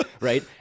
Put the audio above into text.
right